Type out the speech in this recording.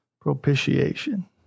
Propitiation